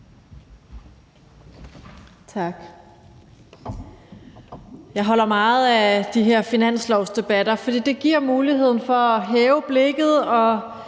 Tak.